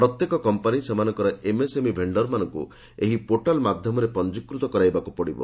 ପ୍ରତ୍ୟେକ କମ୍ପାନୀ ସେମାନଙ୍କର ଏମ୍ଏସ୍ଏମ୍ଇ ଭେଣ୍ଡରମାନଙ୍କ ଏହି ପୋର୍ଟାଲ୍ ମାଧ୍ୟମରେ ପଞ୍ଜିକୃତ କରାଇବାକୁ ପଡ଼ିବ